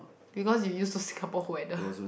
because you use to Singapore weather